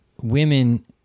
women